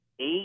eight